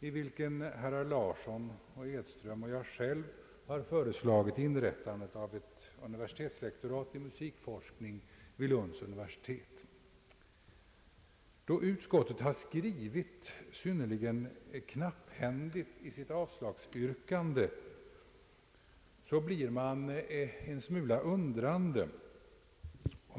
i vilken herrar Larsson och Edström och jag själv har föreslagit inrättande av ett universitetslektorat i musikforskning vid Lunds universitet. Då utskottet har skrivit synnerligen knapphändigt i sitt avslagsyrkande, blir man en smula undrande.